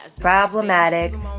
problematic